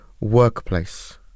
workplace